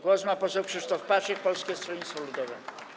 Głos ma poseł Krzysztof Paszyk, Polskie Stronnictwo Ludowe.